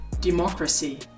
democracy